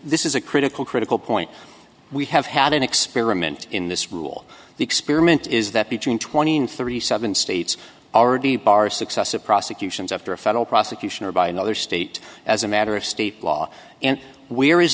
this is a critical critical point we have had an experiment in this rule the experiment is that between twenty and thirty seven states already bar successive prosecutions after a federal prosecution or by another state as a matter of state law and we're is